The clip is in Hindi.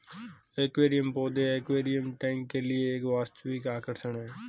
एक्वेरियम पौधे एक्वेरियम टैंक के लिए एक वास्तविक आकर्षण है